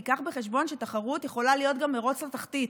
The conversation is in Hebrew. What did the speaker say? קח בחשבון שתחרות יכולה להיות גם מרוץ לתחתית,